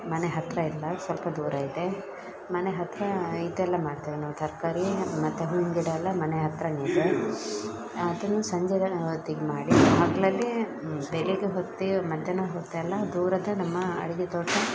ಮನೆ ಹತ್ತಿರ ಇಲ್ಲ ಸ್ವಲ್ಪ ದೂರ ಇದೆ ಮನೆ ಹತ್ತಿರ ಇದೆಲ್ಲ ಮಾಡ್ತೇವೆ ನಾವು ತರಕಾರಿ ಮತ್ತು ಹೂವಿನ ಗಿಡ ಎಲ್ಲ ಮನೆ ಹತ್ರನೇ ಇದೆ ಅದನ್ನು ಸಂಜೆಗಳ ಹೊತ್ತಿಗೆ ಮಾಡಿ ಹಗಲಲ್ಲಿ ಬೆಳಿಗ್ಗೆ ಹೊತ್ತಿಗೆ ಮಧ್ಯಾಹ್ನ ಹೊತ್ತೆಲ್ಲ ದೂರದ ನಮ್ಮ ಅಡಿಕೆ ತೋಟ